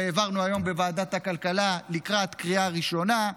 שהעברנו היום בוועדת הכלכלה לקראת קריאה ראשונה.